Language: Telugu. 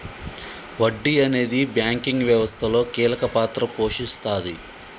వడ్డీ అనేది బ్యాంకింగ్ వ్యవస్థలో కీలక పాత్ర పోషిస్తాది